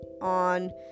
on